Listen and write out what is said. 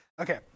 Okay